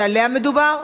שעליה מדובר.